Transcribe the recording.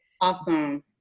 awesome